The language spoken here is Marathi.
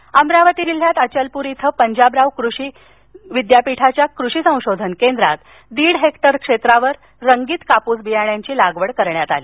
कापस अमरावती अमरावती जिल्ह्यात अचलपूर इथं पंजाबराव देशमुख कृषी विद्यापीठाच्या कृषी संशोधन केंद्रात दीड हेक्टर क्षेत्रावर रंगीत काप्स बियाणांची लागवड करण्यात आली